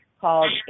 called